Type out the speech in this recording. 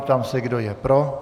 Ptám se, kdo je pro.